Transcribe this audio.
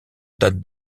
date